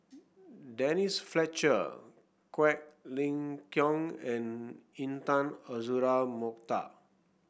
Denise Fletcher Quek Ling Kiong and Intan Azura Mokhtar